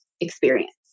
experience